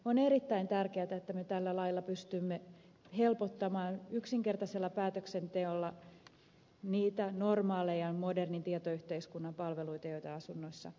on erittäin tärkeätä että me tällä lailla pystymme helpottamaan yksinkertaisella päätöksenteolla niitä normaaleja modernin tietoyhteiskunnan palveluita joita asunnoissa tarvitaan